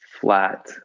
flat